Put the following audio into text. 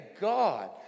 God